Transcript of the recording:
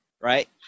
right